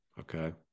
okay